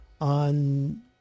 on